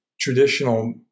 Traditional